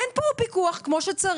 אין פה פיקוח כמו שצריך.